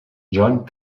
john